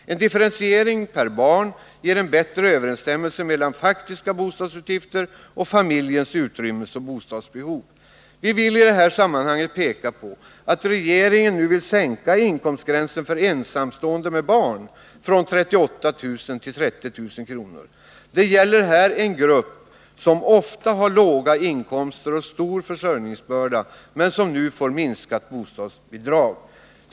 En differentiering per barn ger en bättre överensstämmelse mellan faktiska bostadsutgifter och familjens utrymmesoch bostadsbehov. Vi pekar i detta sammanhang på att regeringen nu vill sänka inkomstgränsen för ensamstående med barn från 38 000 kr. till 30 000 kr. Det gäller här en grupp som ofta har låga inkomster och stor försörjningsbörda men som nu får minskat bostadsbidrag.